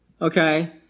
okay